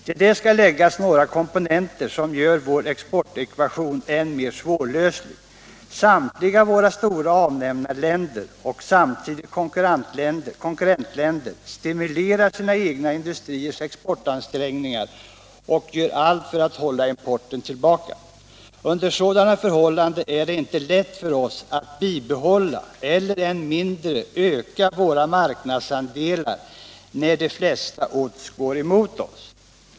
Till det skall läggas några komponenter som gör vår exportekvation än mer svårlöslig: samtliga våra stora avnämarländer, som också är konkurrentländer, stimulerar sina egna industriers exportansträngningar och gör allt för att hålla importen tillbaka. Under sådana förhållanden är det inte lätt för oss att bibehålla och än mindre öka våra marknadsandelar. De flesta odds är emot oss.